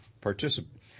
participate